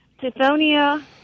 Tithonia